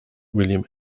william